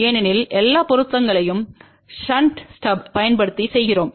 ஏனெனில் எல்லா பொருத்தங்களையும் ஷன்ட் ஸ்டப் பயன்படுத்தி செய்கிறோம்